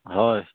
হয়